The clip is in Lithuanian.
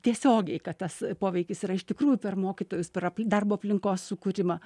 tiesiogiai kad tas poveikis yra iš tikrųjų per mokytojus per ap darbo aplinkos sukūrimą